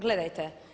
Gledajte?